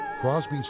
Crosby